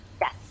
Yes